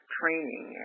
training